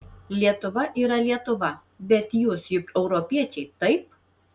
lietuva yra lietuva bet jūs juk europiečiai taip